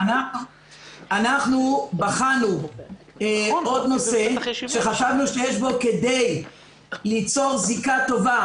אנחנו בחנו עוד נושא שחשבנו שיש בו כדי ליצור זיקה טובה